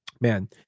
man